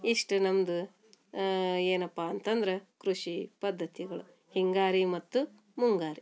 ಇಷ್ಟು ನಮ್ಮದು ಏನಪ್ಪ ಅಂತಂದ್ರೆ ಕೃಷಿ ಪದ್ಧತಿಗಳು ಹಿಂಗಾರಿ ಮತ್ತು ಮುಂಗಾರಿ